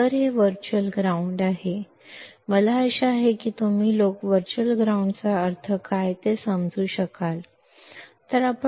ಆದ್ದರಿಂದ ಇದು virtual ground ಆಗಿದೆ ವರ್ಚುವಲ್ ಗ್ರೌಂಡ್ ಮೂಲಕ ನಾವು ಅರ್ಥೈಸಿಕೊಳ್ಳುವುದನ್ನು ನೀವು ಅರ್ಥಮಾಡಿಕೊಳ್ಳಬಹುದು ಎಂದು ಈಗ ನಾನು ಭಾವಿಸುತ್ತೇನೆ